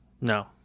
No